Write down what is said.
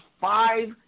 five